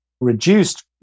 reduced